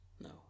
No